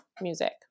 music